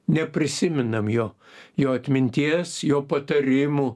neprisimenam jo jo atminties jo patarimų